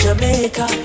Jamaica